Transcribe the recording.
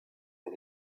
und